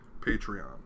Patreon